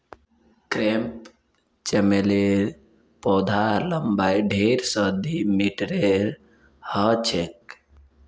crepe चमेलीर पौधार लम्बाई डेढ़ स दी मीटरेर ह छेक